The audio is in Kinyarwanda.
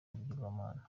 ibigirwamana